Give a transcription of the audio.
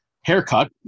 haircut